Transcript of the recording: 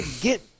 get